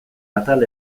atal